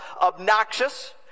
obnoxious